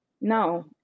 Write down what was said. no